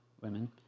women